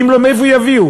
אם לא, מאיפה יביאו?